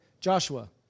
Joshua